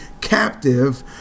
captive